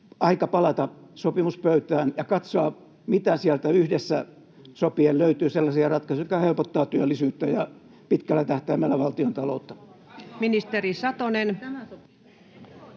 aika palata sopimuspöytään ja katsoa, mitä sieltä yhdessä sopien löytyy sellaisia ratkaisuja, jotka helpottavat työllisyyttä ja pitkällä tähtäimellä valtiontaloutta? [Perussuomalaisten